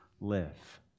live